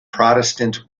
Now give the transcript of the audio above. protestant